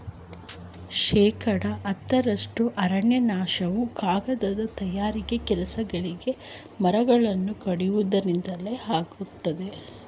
ಶೇಕಡ ಹತ್ತರಷ್ಟು ಅರಣ್ಯನಾಶವು ಕಾಗದ ತಯಾರಿಕೆ ಕೆಲಸಗಳಿಗೆ ಮರಗಳನ್ನು ಕಡಿಯುವುದರಿಂದಲೇ ಆಗುತ್ತಿದೆ